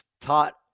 taught